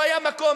לא היה מקום,